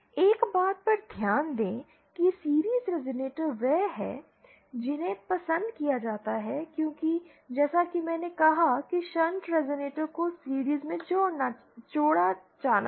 एक बात पर ध्यान दें कि सीरिज़ रेज़ोनेटर वह हैं जिन्हें पसंद किया जाता है क्योंकि जैसा कि मैंने कहा कि शंट रेज़ोनेटर को सीरिज़ में जोड़ा जाना है